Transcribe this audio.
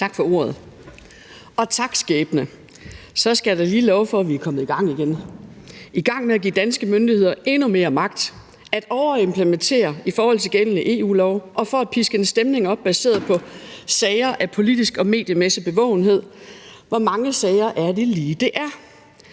Tak for ordet, og tak skæbne! Så skal jeg da lige love for, at vi er kommet i gang igen – i gang med at give danske myndigheder endnu mere magt, med at overimplementere i forhold til gældende EU-love og med at piske en stemning op baseret på sager af politisk og mediemæssig bevågenhed – hvor mange sager er det lige, det er?